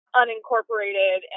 unincorporated